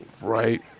Right